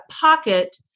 pocket